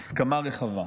"הסכמה רחבה".